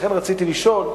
ולכן רציתי לשאול,